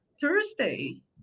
Thursday